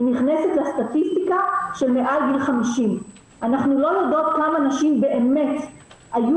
נכנסת לסטטיסטיקה של מעל גיל 50. אנחנו לא יודעות כמה נשים באמת היו